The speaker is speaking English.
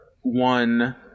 one